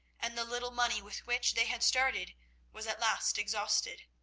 and the little money with which they had started was at last exhausted,